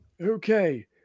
Okay